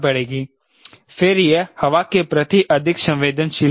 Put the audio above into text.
फिर यह हवा के प्रति अधिक संवेदनशील होगा